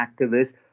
activists